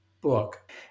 book